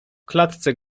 klatce